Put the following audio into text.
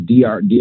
Dr